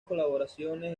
colaboraciones